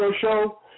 Show